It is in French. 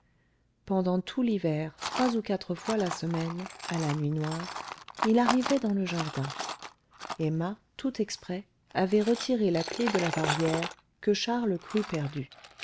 pendant tout l'hiver trois ou quatre fois la semaine à la nuit noire il arrivait dans le jardin emma tout exprès avait retiré la clef de la barrière que charles crut perdue